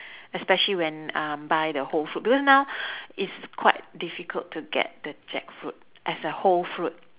especially when um buy the whole fruit because now it's quite difficult to get the jackfruit as a whole fruit